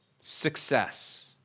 success